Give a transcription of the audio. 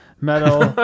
metal